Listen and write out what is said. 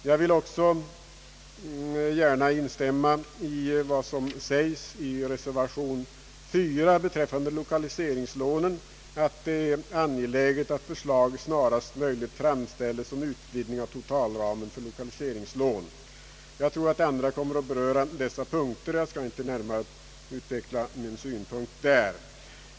Jag vill också gärna instämma i vad som sägs i reservation a vid punkten 4 beträffande lokaliseringslånen. Det är angeläget att förslag snarast möjligt framläggs om utvidgning av totalramen för lokaliseringslån. Jag tror att andra kommer att beröra dessa punkter och skall därför inte närmare utveckla min syn på dem.